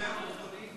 אתה יכול לצרף את קולי?